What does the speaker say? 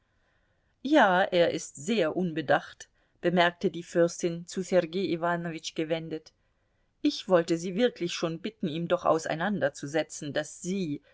ja er ist sehr unbedacht bemerkte die fürstin zu sergei iwanowitsch gewendet ich wollte sie wirklich schon bitten ihm doch auseinanderzusetzen daß sie